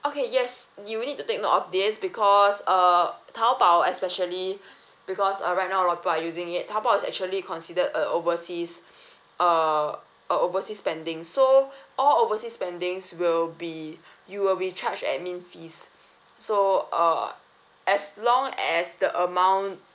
okay yes you need to take note of this because uh Taobao especially because uh right now a lot of people are using it Taobao is actually considered a overseas uh a overseas spending so all overseas spendings will be you will be charged admin fees so uh as long as the amount